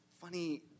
funny